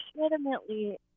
legitimately